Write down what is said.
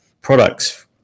products